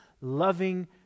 loving